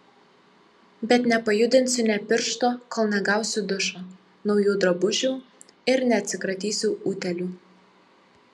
bet nepajudinsiu nė piršto kol negausiu dušo naujų drabužių ir neatsikratysiu utėlių